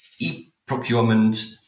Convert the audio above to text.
E-procurement